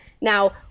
Now